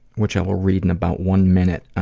which i will read in about one minute.